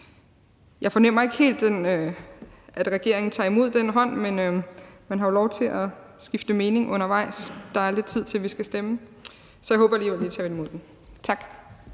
Jeg fornemmer ikke helt, at regeringen tager imod den hånd, men man har jo lov til at skifte mening undervejs. Der er lidt tid til, at vi skal stemme, så jeg håber, at de alligevel tager imod den. Tak.